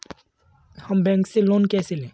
हम बैंक से लोन कैसे लें?